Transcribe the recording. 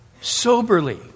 Soberly